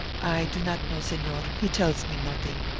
i do not know, senor he tells me nothing,